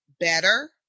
better